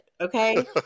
Okay